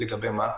לגבי מה?